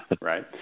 right